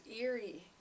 eerie